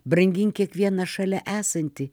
brangink kiekvieną šalia esantį